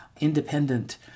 independent